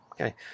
okay